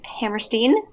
Hammerstein